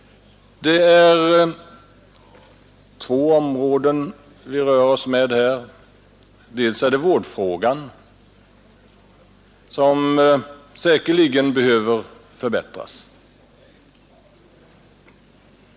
Vi rör oss där inom två områden. För det första behöver vårdfrågan säkerligen lösas bättre.